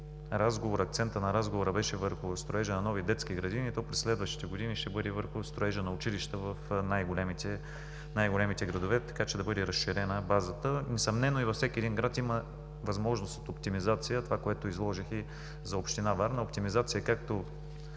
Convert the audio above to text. акцентът на разговора беше върху строежа на нови детски гради, то през следващите години ще бъде върху строежа на училища в най-големите градове, така че да бъде разширена базата. Несъмнено във всеки един град има възможност от оптимизация – това, което изложих и за община Варна: оптимизация както